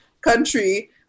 country